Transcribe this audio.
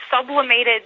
sublimated